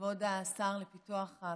כבוד השר לפיתוח הפריפריה,